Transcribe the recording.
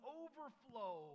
overflow